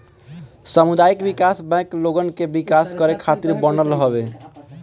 सामुदायिक विकास बैंक लोगन के विकास करे खातिर बनल हवे